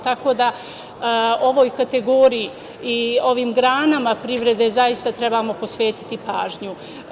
Tako da, ovoj kategoriji i ovim granama privrede zaista trebamo posvetiti pažnju.